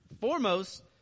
foremost